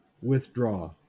withdraw